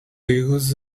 use